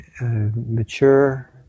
mature